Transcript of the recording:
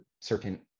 certain